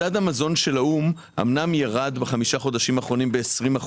מדד המזון של האו"ם אומנם ירד בחמשת החודשים האחרונים ב-20%,